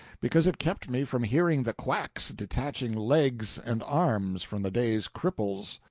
because it kept me from hearing the quacks detaching legs and arms from the day's cripples.